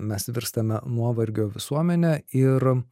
mes virstame nuovargio visuomene ir